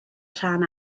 rhan